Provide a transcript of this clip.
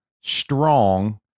strong